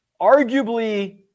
arguably